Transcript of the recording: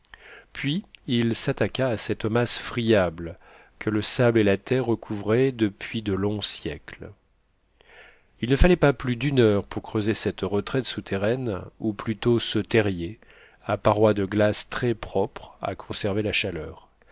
puis il s'attaqua à cette masse friable que le sable et la terre recouvraient depuis de longs siècles il ne fallait pas plus d'une heure pour creuser cette retraite souterraine ou plutôt ce terrier à parois de glace très propre à conserver la chaleur